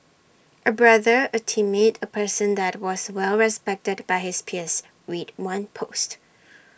A brother A teammate A person that was well respected by his peers read one post